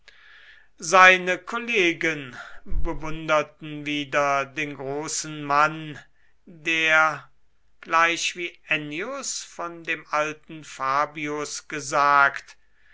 seine kollegen bewunderten wieder den großen mann der gleich wie ennius von dem alten fabius gesagt